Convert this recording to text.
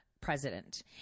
president